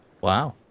Wow